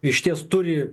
išties turi